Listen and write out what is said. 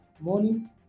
morning